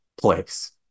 place